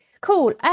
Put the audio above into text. Cool